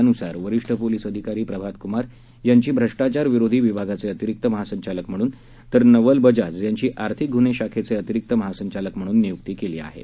त्यानुसार वरीष्ठ पोलीस अधिकारी प्रभात कुमार यांची भ्रष्टाचार विरोधी विभागाचे अतिरिक्त महासंचालक म्हणून तर नवल बजाज यांची आर्थिक गुन्हे शाखेचे अतिरिक्त महासंचालक म्हणून नियुक्त केली आहे